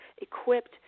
equipped